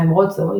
למרות זאת,